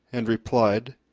and replied,